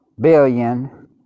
billion